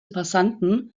passanten